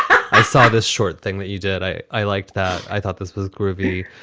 i saw this short thing that you did. i i liked that. i thought this was groovy.